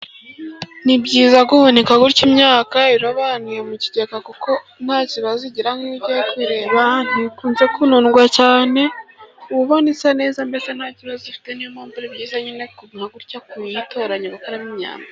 Ni byiza guhunika gutyo imyaka irobanuye mu kigega kuko nta kibazo igira nkiyo ugiye kureba ntikunze kunundwa cyane, uba ubona isa neza mbese nta kibazo ifite niyo mpamvu ari byiza nyine nka gutya kuyitoranya ugakuramo imyanda.